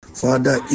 father